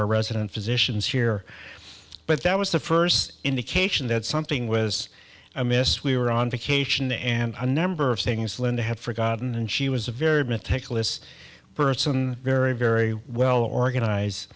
our resident physicians here but that was the first indication that something was amiss we were on vacation and a number of things linda had forgotten and she was a very meticulous person very very well organized